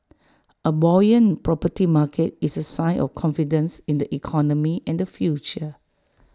A buoyant property market is A sign of confidence in the economy and the future